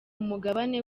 mugabane